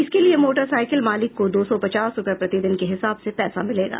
इसके लिये मोटरसाइकिल मालिक को दो सौ पचास रूपये प्रतिदिन के हिसाब से पैसा मिलेगा